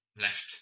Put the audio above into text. left